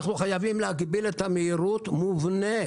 אנחנו חייבים להגביל את המהירות באופן מובנה,